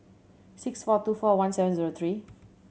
six four two four one seven zero three